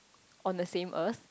on the same Earth